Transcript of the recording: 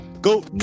go